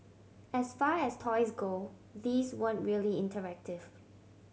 as far as toys go these weren't really interactive